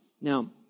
Now